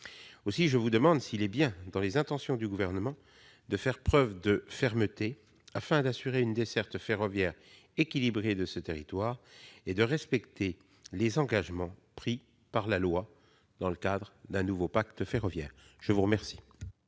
Aussi, je vous demande s'il est bien dans les intentions du Gouvernement de faire preuve de fermeté afin d'assurer une desserte ferroviaire équilibrée de ce territoire et de respecter les engagements pris dans le cadre de la loi pour un nouveau pacte ferroviaire. La parole